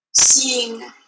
seeing